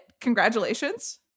Congratulations